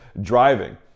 driving